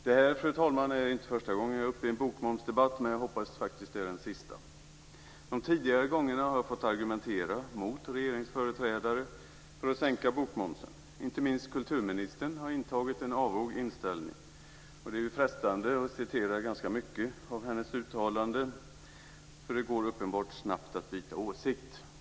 Detta, fru talman, är inte första gången jag är uppe i en bokmomsdebatt, men jag hoppas att det är den sista. De tidigare gångerna har jag fått argumentera mot regeringsföreträdare för att sänka bokmomsen. Inte minst kulturministern har intagit en avog inställning. Det är frestande att citera ganska mycket av vad hon har uttalat - uppenbart går det snabbt att byta åsikt.